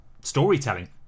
storytelling